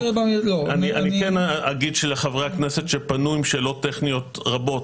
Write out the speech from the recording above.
אני כן אומר שהיו חברי כנסת שפנו עם שאלות טכניות רבות.